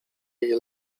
jej